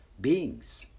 beings